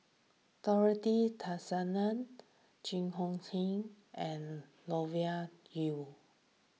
Dorothy Tessensohn Jing Hong Jun and Yu